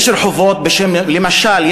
למשל,